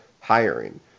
hiring –